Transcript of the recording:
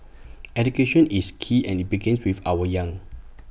education is key and IT begins with our young